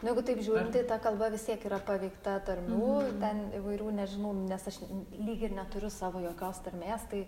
nu jeigu taip žiūrint tai ta kalba vis tiek yra paveikta tarmių ir ten įvairių nežinau nes aš lyg ir neturiu savo jokios tarmės tai